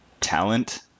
talent